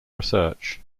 research